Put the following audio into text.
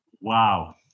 Wow